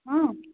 হুম